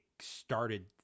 started